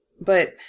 But